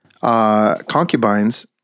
concubines